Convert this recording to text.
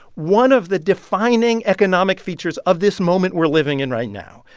one of the defining economic features of this moment we're living in right now.